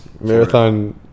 Marathon